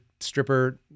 stripper